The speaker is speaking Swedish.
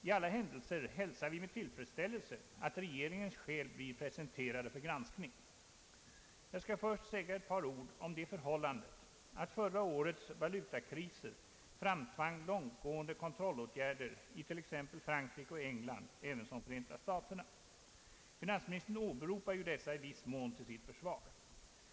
I alla händelser hälsar vi med tillfredsställelse att regeringens skäl blir presenterade för granskning. Jag skall först säga ett par ord om det förhållandet att förra årets valutakriser framtvang långtgående kontrollåtgärder it.ex. Frankrike och England, ävensom i Förenta staterna. Finansministern åberopar i viss mån dessa till sitt försvar.